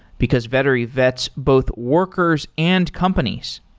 because vettery vets both workers and companies.